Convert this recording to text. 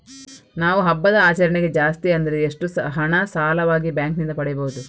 ನಾವು ಹಬ್ಬದ ಆಚರಣೆಗೆ ಜಾಸ್ತಿ ಅಂದ್ರೆ ಎಷ್ಟು ಹಣ ಸಾಲವಾಗಿ ಬ್ಯಾಂಕ್ ನಿಂದ ಪಡೆಯಬಹುದು?